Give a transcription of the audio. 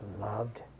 loved